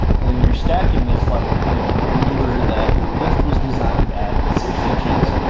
when you're stacking this leveling kit remember that your lift was designed at six inches.